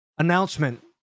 announcement